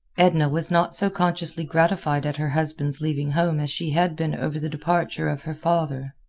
edna was not so consciously gratified at her husband's leaving home as she had been over the departure of her father.